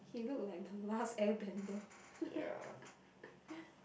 you look like the last air bender